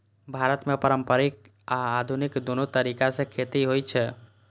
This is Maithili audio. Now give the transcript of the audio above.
भारत मे पारंपरिक आ आधुनिक, दुनू तरीका सं खेती होइ छै